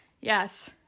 Yes